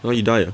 why he die ah